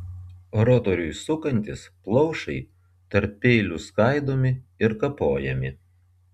rotoriui sukantis plaušai tarp peilių skaidomi ir kapojami